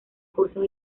cursos